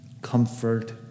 comfort